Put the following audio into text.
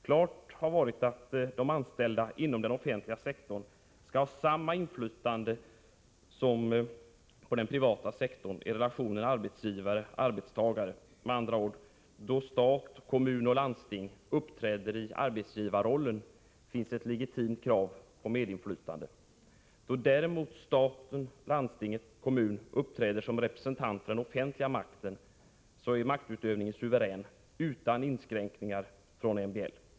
Klart har varit att de anställda inom den offentliga sektorn skall ha samma inflytande som de anställda inom den privata sektorn i relationen arbetsgivare-arbetstagare. Med andra ord: Då stat, kommun och landsting uppträder i arbetsgivarrollen finns ett legitimt krav på medinflytande. Då däremot stat, landsting och kommun uppträder som representant för den offentliga makten är maktutövningen suverän — utan inskränkningar från MBL.